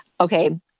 okay